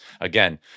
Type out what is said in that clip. again